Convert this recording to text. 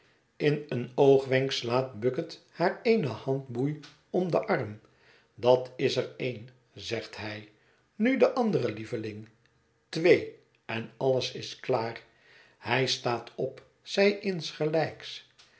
in een oogwenk slaat bucket haar eene handboei om den arm dat is er een zegt hij nu de andere lieveling twee en alles is klaar hij staat op zij insgelijks